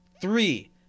Three